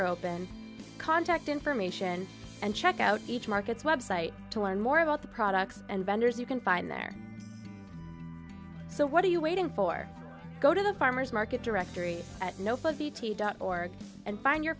are open contact information and check out each market's website to learn more about the products and vendors you can find there so what are you waiting for go to the farmer's market directory at no five p t dot org and find your